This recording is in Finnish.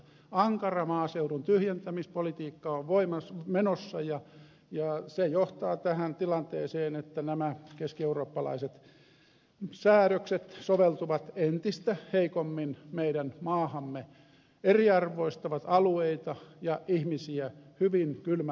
ankara maaseudun tyhjentämispolitiikka on menossa ja se johtaa tähän tilanteeseen että nämä keskieurooppalaiset säädökset soveltuvat entistä heikommin meidän maahamme eriarvoistavat alueita ja ihmisiä hyvin kylmällä tavalla